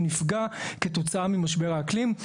הוא נפגע כתוצאה ממשבר האקלים.